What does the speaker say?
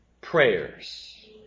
prayers